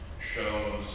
shows